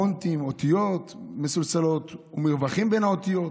פונטים, אותיות מסולסלות ומרווחים בין האותיות.